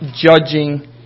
judging